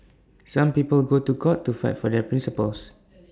some people go to court to fight for their principles